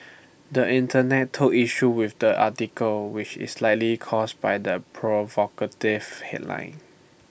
the Internet took issue with the article which is likely caused by the provocative headline